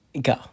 go